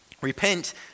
repent